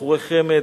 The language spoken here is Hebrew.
בחורי חמד,